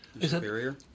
Superior